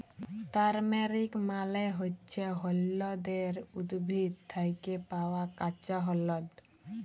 turmeric মালে হচ্যে হল্যদের উদ্ভিদ থ্যাকে পাওয়া কাঁচা হল্যদ